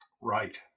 right